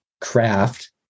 craft